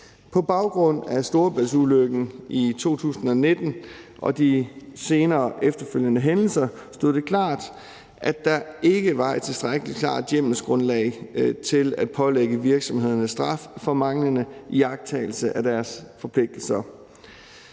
På baggrund af Storebæltsulykken i 2019 og de efterfølgende hændelser stod det klart, at der ikke var et tilstrækkelig klart hjemmelsgrundlag for at pålægge virksomhederne straf for manglende iagttagelse af deres forpligtelser.